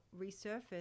resurface